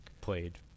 played